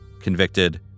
convicted